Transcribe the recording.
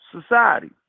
society